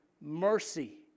mercy